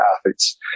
athletes